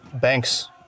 Banks